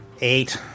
Eight